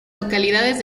localidades